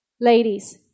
Ladies